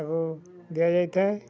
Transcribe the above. ତାକୁ ଦିଆଯାଇଥାଏ